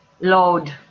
load